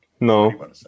No